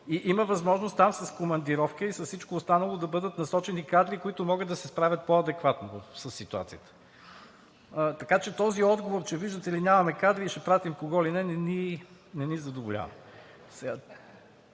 Има възможност там с командировки и с всичко останало да бъдат насочени кадри, които могат да се справят по-адекватно със ситуацията. Така че този отговор, че виждате ли нямаме кадри и ще изпратим кого ли не – не ни задоволява.